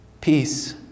peace